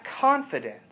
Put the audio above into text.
confidence